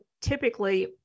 typically